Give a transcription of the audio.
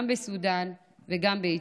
גם בסודאן וגם באתיופיה.